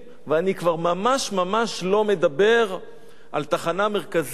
ואני כבר ממש לא מדבר על התחנה המרכזית,